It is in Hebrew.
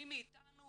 מי מאתנו